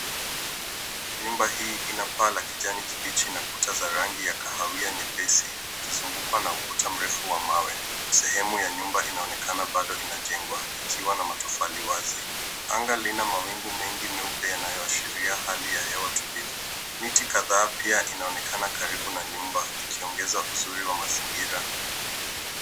Nyumba hii ina paa la kijani kibichi na kuta za rangi ya kahawia nyepesi ikizungukwa na ukuta mrefu wa mawe. Sehemu ya nyumba inaonekana bado inajengwa, ikiwa na matofali wazi. Anga lina mawingu mengi meupe yanayoashiria hali ya hewa tulivu. Miti kadhaa pia inaonekana karibu na nyumba ikiongeza uzuri wa mazingira.